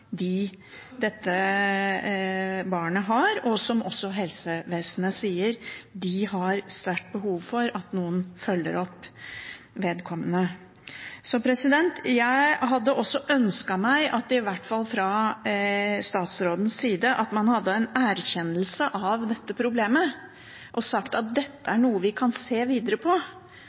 dette barnet har, og som også helsevesenet sier at det er sterkt behov for at noen følger opp. Jeg hadde ønsket meg at man, i hvert fall fra statsrådens side, hadde hatt en erkjennelse av dette problemet og sagt at dette er noe vi kan se videre på,